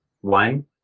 One